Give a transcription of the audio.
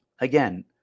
Again